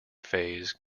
phase